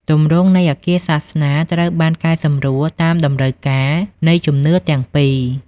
ទម្រង់ នៃអាគារសាសនាត្រូវបានកែសម្រួលតាមតម្រូវការនៃជំនឿទាំងពីរ។